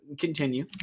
continue